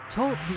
Talk